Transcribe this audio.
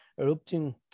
erupting